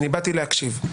אני באתי להקשיב.